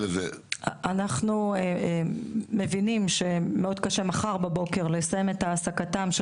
אנחנו מבינים שמאוד קשה מחר בבוקר לסיים את העסקתם של